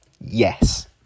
Yes